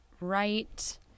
right